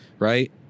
Right